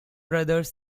brothers